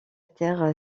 terre